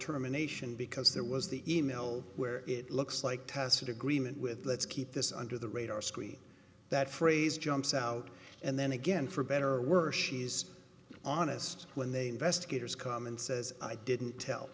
terminations because there was the e mail where it looks like tacit agreement with let's keep this under the radar screen that phrase jumps out and then again for better or worse she is honest when they investigators come and says i didn't tell